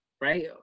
right